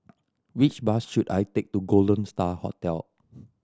which bus should I take to Golden Star Hotel